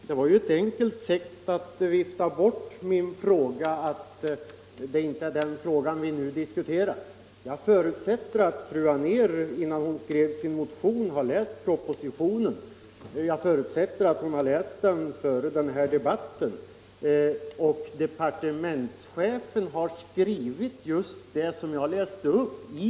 Herr talman! Det var ju ett enkelt sätt att vifta bort min fråga, att säga att det inte är den vi diskuterar nu. Jag förutsätter att fru Anér, innan hon skrev sin motion, läste propositionen och även läste den före den här debatten. Departementschefen har i propositionen skrivit det som jag läste upp.